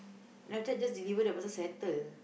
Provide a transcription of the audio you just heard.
then after that just deliver the parcel settle